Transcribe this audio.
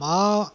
மா